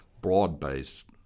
broad-based